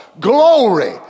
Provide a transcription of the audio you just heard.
glory